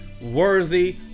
worthy